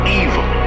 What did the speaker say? evil